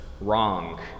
wrong